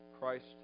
christ